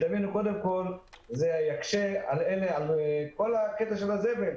זה יקשה על כל עניין הזבל.